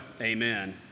amen